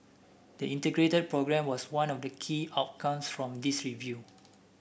the Integrated Programme was one of the key outcome from this review